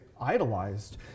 idolized